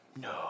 no